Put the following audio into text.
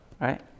Right